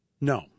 no